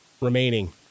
remaining